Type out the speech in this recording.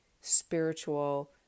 spiritual